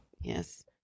Yes